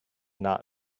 not